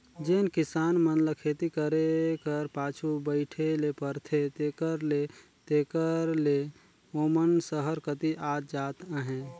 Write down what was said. जेन किसान मन ल खेती करे कर पाछू बइठे ले परथे तेकर ले तेकर ले ओमन सहर कती आत जात अहें